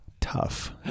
tough